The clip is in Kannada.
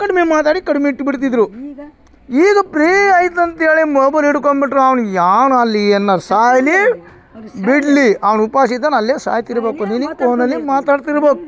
ಕಡಿಮೆ ಮಾತಾಡಿ ಕಡಿಮೆ ಇಟ್ಬಿಡ್ತಿದ್ರು ಈಗ ಪ್ರೀ ಐತಿ ಅಂತೇಳಿ ಮೊಬಲ್ ಹಿಡ್ಕೊಂಬಿಟ್ರೆ ಅವ್ನಿಗೆ ಯಾವನು ಅಲ್ಲಿಏನಾರು ಸಾಯಲಿ ಬಿಡಲಿ ಅವ್ನು ಉಪ್ವಾಸ್ ಇದ್ದೋನ್ ಅಲ್ಲೇ ಸಾಯ್ತಿರಬೇಕು ನಿನಗೆ ಪೋನಲ್ಲಿ ಮಾತಾಡ್ತಿರ್ಬೇಕು